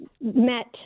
met